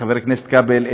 חבר הכנסת כבל,